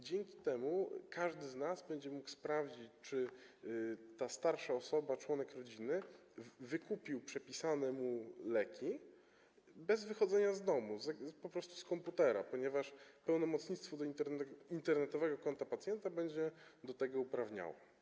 Dzięki temu każdy z nas będzie mógł sprawdzić, czy ta starsza osoba, czy członek rodziny wykupił przepisane mu leki, bez wychodzenia z domu, po prostu za pomocą komputera, ponieważ pełnomocnictwo do internetowego konta pacjenta będzie do tego uprawniało.